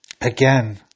again